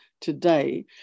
today